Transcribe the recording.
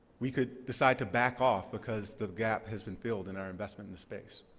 we could decide to back off because the gap has been filled in our investment in the space.